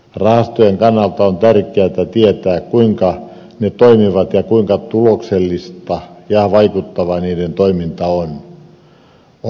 rahastojen kannalta on tärkeätä tietää kuinka ne toimivat ja kuinka tuloksellista ja vaikuttavaa niiden toiminta on